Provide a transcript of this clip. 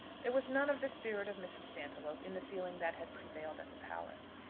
there was none of the spirit of mrs. stantiloup in the feeling that had prevailed at the palace.